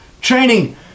training